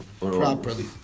Properly